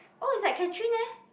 oh it's like Catherine leh